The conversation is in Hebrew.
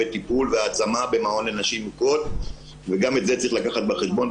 טיפול והעצמה במעון לנשים מוכות וגם את זה צריך לקחת בחשבון.